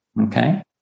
Okay